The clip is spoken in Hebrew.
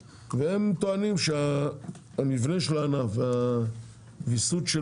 כמויות, והם טוענים שהמבנה של הענף והוויסות של